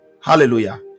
Hallelujah